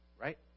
right